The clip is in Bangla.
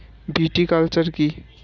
ভিটিকালচার কী?